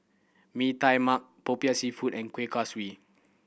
Mee Tai Mak Popiah Seafood and Kueh Kaswi